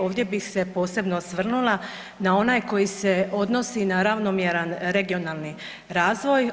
Ovdje bih se posebno osvrnula na onaj koji se odnosi na ravnomjeran regionalni razvoj.